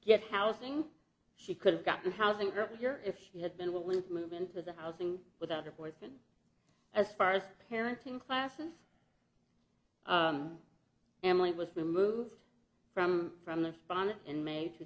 get housing she could have gotten housing earlier if she had been willing to move into the housing without her fourth and as far as parenting classes emily was removed from from the response and may two